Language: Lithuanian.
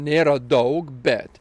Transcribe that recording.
nėra daug bet